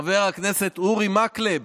חבר הכנסת אורי מקלב